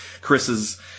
Chris's